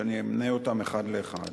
שאני אמנה אותם אחד לאחד.